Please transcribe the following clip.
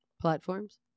Platforms